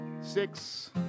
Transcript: six